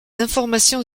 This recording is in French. informations